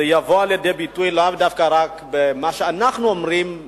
יבוא לידי ביטוי לאו דווקא רק במה שאנחנו אומרים בפה,